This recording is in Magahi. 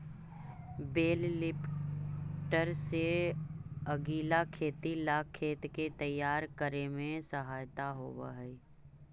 बेल लिफ्टर से अगीला खेती ला खेत के तैयार करे में सहायता होवऽ हई